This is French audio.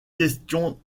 questions